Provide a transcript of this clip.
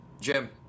Jim